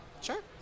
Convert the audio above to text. Sure